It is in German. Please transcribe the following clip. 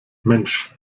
mensch